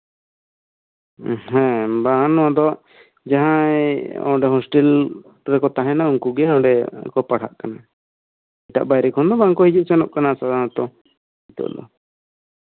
ᱦᱮᱸ ᱵᱟᱝ ᱱᱚᱶᱟ ᱫᱚ ᱡᱟᱦᱟᱸᱭ ᱦᱳᱥᱴᱮᱞ ᱨᱮᱠᱚ ᱛᱟᱸᱦᱮᱱᱟ ᱱᱩᱠᱩᱜᱮ ᱱᱚᱰᱮ ᱠᱚ ᱯᱟᱲᱦᱟᱜ ᱠᱟᱱᱟ ᱮᱴᱟᱜ ᱵᱟᱭᱨᱮ ᱠᱷᱚᱱ ᱫᱚ ᱵᱟᱝ ᱠᱚ ᱦᱤᱡᱩᱜ ᱥᱮᱱᱟᱜ ᱠᱟᱱᱟ ᱥᱟᱫᱷᱟᱨᱚᱱᱛᱚ ᱱᱤᱛᱚᱜ ᱫᱚ